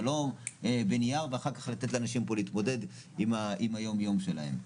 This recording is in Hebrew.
ולא בנייר ואחר כך לתת לאנשים פה להתמודד עם היום יום שלהם.